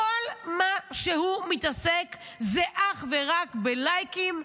כל מה שהוא מתעסק זה אך ורק בלייקים,